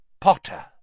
Potter